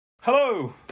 hello